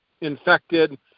infected –